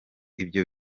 ibyo